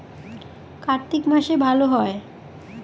কার্তিক মাসে ভালো হয়?